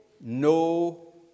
no